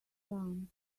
charm